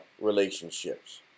relationships